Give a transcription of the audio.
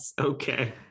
Okay